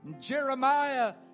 Jeremiah